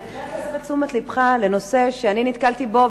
אני חייבת להסב את תשומת לבך לנושא שאני נתקלתי בו,